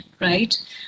right